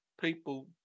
people